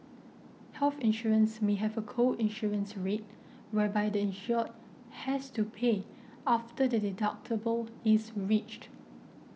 health insurance may have a co insurance rate whereby the insured has to pay after the deductible is reached